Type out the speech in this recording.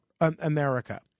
America